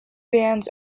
bands